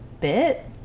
bit